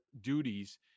duties